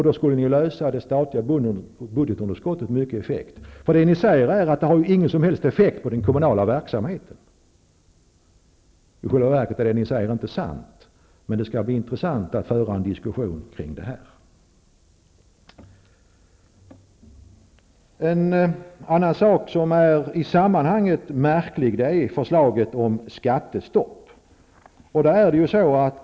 Då skulle ni ju minska det statliga budgetunderskottet mycket effektivt. Det ni säger är ju att det inte har någon som helst effekt på den kommunala verksamheten. I själva verket är det som ni säger inte sant, men det skall bli intressant att föra en diskussion kring detta. En annan i sammanhanget märklig sak är förslaget om skattestopp.